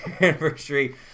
anniversary